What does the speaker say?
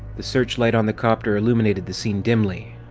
the searchlight on the copter illuminated the scene dimly.